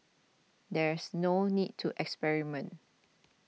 there's no need to experiment